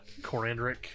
Corandric